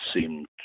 seemed